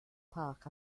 park